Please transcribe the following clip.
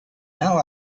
now